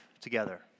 together